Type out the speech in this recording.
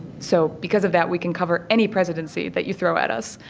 so because of that, we can cover any presidency that you throw at us.